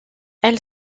elle